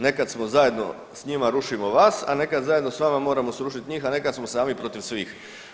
Nekad smo zajedno s njima rušimo vas, a nekad zajedno s vama moramo srušit njih, a nekad smo sami protiv svih.